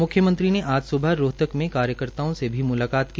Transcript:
म्ख्यमंत्री ने आज स्बह रोहतक में कार्यकर्ताओं से भी म्लाकात की